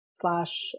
slash